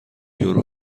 یورو